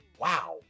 Wow